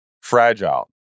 fragile